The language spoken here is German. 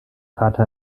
vater